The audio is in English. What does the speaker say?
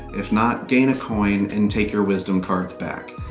if not, gain a coin and take your wisdom cards back.